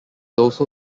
also